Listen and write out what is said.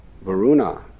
Varuna